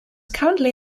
currently